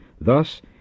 Thus